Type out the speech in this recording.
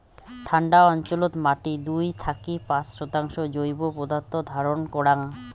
ঠান্ডা অঞ্চলত মাটি দুই থাকি পাঁচ শতাংশ জৈব পদার্থ ধারণ করাং